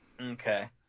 okay